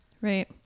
Right